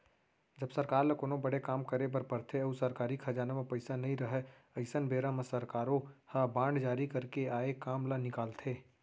जब सरकार ल कोनो बड़े काम करे बर परथे अउ सरकारी खजाना म पइसा नइ रहय अइसन बेरा म सरकारो ह बांड जारी करके आए काम ल निकालथे